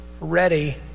ready